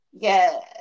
yes